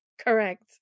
Correct